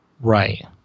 Right